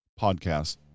podcast